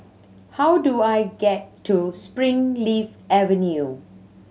how do I get to Springleaf Avenue